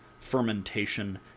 fermentation